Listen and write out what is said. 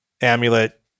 amulet